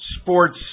sports